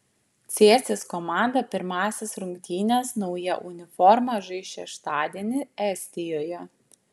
cėsis komanda pirmąsias rungtynes nauja uniforma žais šeštadienį estijoje